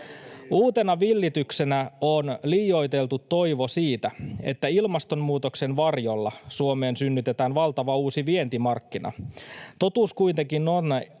Uutena villityksenä on liioiteltu toivo siitä, että ilmastonmuutoksen varjolla Suomeen synnytetään valtava uusi vientimarkkina. Totuus kuitenkin on,